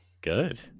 Good